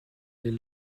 les